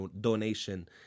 donation